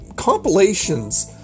compilations